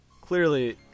clearly